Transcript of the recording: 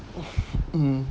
mm